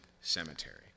cemetery